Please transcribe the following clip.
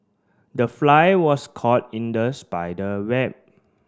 the fly was caught in the spider web